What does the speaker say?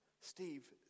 Steve